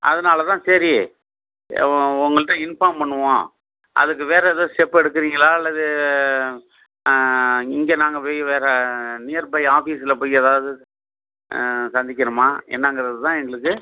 அதனால் தான் சரி ஓ உங்கள்ட்ட இன்ஃபார்ம் பண்ணுவோம் அதுக்கு வேறு எதாவது ஸ்டெப் எடுக்கிறீங்களா அல்லது இங்கே நாங்கள் போய் வேறு நியர்பை ஆஃபீஸில் போய் ஏதாவது சந்திக்கணுமா என்னங்கறது தான் எங்களுக்கு